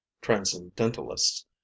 transcendentalists